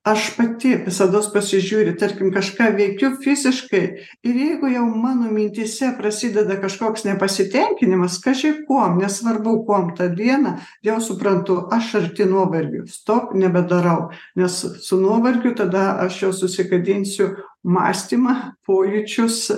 aš pati visados pasižiūriu tarkim kažką veikiu fiziškai ir jeigu jau mano mintyse prasideda kažkoks nepasitenkinimas kaži kuo nesvarbu kuom tą dieną jau suprantu aš arti nuovargio to nebedarau nes su nuovargiu tada aš jau susigadinsiu mąstymą pojūčius